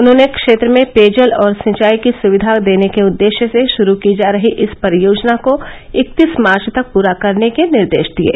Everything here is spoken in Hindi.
उन्होंने क्षेत्र में पेयजल और सिंचाई की सुविधा देने के उद्देश्य से शुरू की जा रही इस परियोजना को इकत्तीस मार्च तक पूरा करने के निर्देश दिये